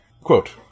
quote